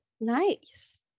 nice